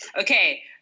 Okay